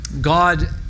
God